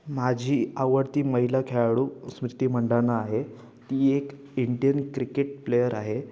माझी आवडती महिला खेळाडू स्मृती मंधाना आहे ती एक इंडियन क्रिकेट प्लेयर आहे